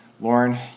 Lauren